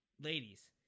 ladies